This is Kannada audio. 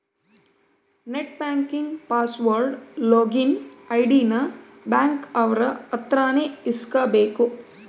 net banking password login ID ನ ಬ್ಯಾಂಕ್ ಅವ್ರ ಅತ್ರ ನೇ ಇಸ್ಕಬೇಕು